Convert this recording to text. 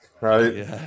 right